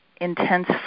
intense